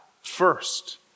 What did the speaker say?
first